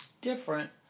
different